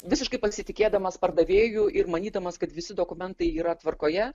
visiškai pasitikėdamas pardavėju ir manydamas kad visi dokumentai yra tvarkoje